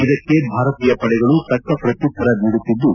ಇದಕ್ಕೆ ಭಾರತೀಯ ಪಡೆಗಳು ತಕ್ಕ ಪ್ರತ್ಯುತ್ತರ ನೀಡುತ್ತಿದ್ದು